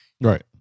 Right